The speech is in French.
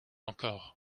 encore